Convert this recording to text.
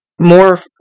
More